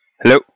Hello